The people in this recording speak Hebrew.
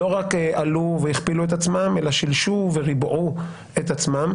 לא רק עלו והכפילו את עצמם אלא שילשו וריבעו את עצמם.